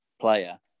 player